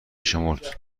شمرد